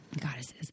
goddesses